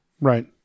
Right